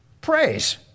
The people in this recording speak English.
praise